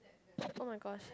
[oh]-my-gosh